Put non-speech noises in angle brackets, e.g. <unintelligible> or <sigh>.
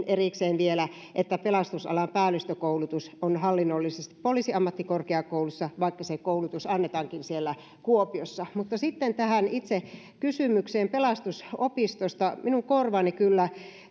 <unintelligible> erikseen vielä siitä että pelastusalan päällystökoulutus on hallinnollisesti poliisiammattikorkeakoulussa vaikka se koulutus annetaankin kuopiossa mutta sitten tähän itse kysymykseen pelastusopistosta minun korvaani kyllä